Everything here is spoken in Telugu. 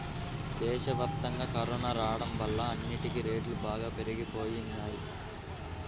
దేశవ్యాప్తంగా కరోనా రాడం వల్ల అన్నిటికీ రేట్లు బాగా పెరిగిపోయినియ్యి